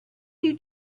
you